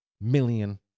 million